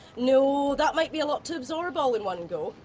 no, that might be a lot to absorb all in one go.